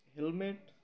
helmet